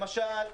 למשל,